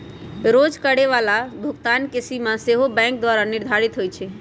रोज करए जाय बला भुगतान के सीमा सेहो बैंके द्वारा निर्धारित होइ छइ